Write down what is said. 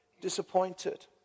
disappointed